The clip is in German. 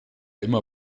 immer